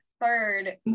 third